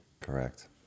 Correct